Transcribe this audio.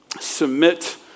Submit